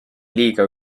liiga